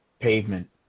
Pavement